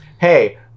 Hey